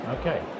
Okay